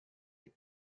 your